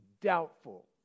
doubtful